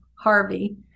Harvey